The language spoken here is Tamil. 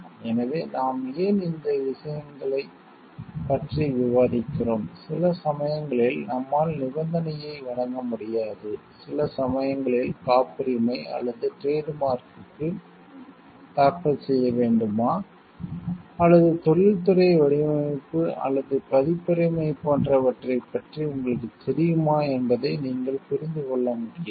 எனவே நாம் ஏன் இந்த சிறந்த விஷயங்களைப் பற்றி விவாதிக்கிறோம் சில சமயங்களில் நம்மால் நிபந்தனையை வழங்க முடியாது சில சமயங்களில் காப்புரிமை அல்லது டிரேட் மார்க்க்கு தாக்கல் செய்ய வேண்டுமா அல்லது தொழில்துறை வடிவமைப்பு அல்லது பதிப்புரிமை போன்றவற்றைப் பற்றி உங்களுக்குத் தெரியுமா என்பதை நீங்கள் புரிந்து கொள்ள முடியாது